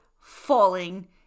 Falling